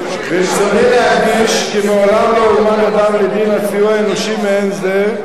ברצוני להדגיש כי מעולם לא הועמד אדם לדין על סיוע אנושי מעין זה,